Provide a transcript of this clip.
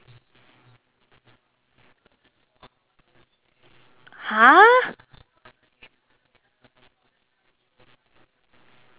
!huh!